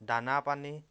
দানা পানী